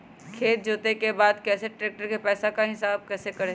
खेत जोते के बाद कैसे ट्रैक्टर के पैसा का हिसाब कैसे करें?